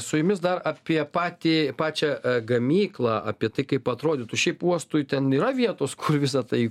su jumis dar apie patį pačią gamyklą apie tai kaip atrodytų šiaip uostui ten yra vietos kur visa tai